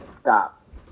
stop